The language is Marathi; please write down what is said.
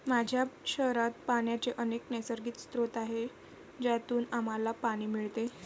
माझ्या शहरात पाण्याचे अनेक नैसर्गिक स्रोत आहेत, झऱ्यांतून आम्हाला पाणी मिळते